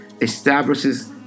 establishes